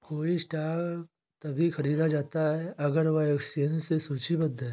कोई स्टॉक तभी खरीदा जाता है अगर वह एक्सचेंज में सूचीबद्ध है